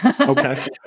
Okay